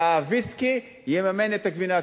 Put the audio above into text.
שהוויסקי יממן את הגבינה הצהובה.